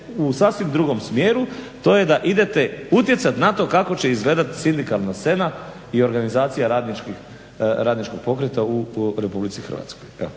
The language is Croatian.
u sasvim drugom smjeru. To je da idete utjecati na to kako će izgledati sindikalna scena i organizacija radničkog pokreta u Republici Hrvatskoj.